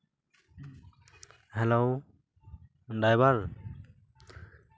hello driver